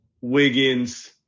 Wiggins